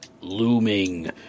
looming